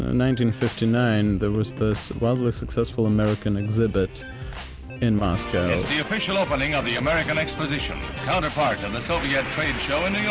ah and fifty nine there was this wildly successful american exhibit in moscow. the official opening of the american exposition counterpart on the soviet trade show in new